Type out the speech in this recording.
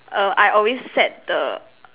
err I always set the